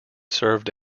served